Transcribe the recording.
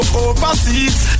overseas